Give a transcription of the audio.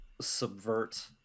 subvert